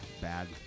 Bad